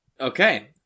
Okay